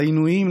לעינויים,